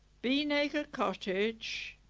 beanacre cottage,